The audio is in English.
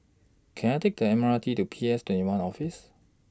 Can I Take The M R T to P S twenty one Office